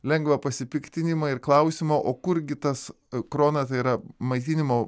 lengvą pasipiktinimą ir klausimą o kurgi tas krona tai yra maitinimo